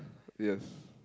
yes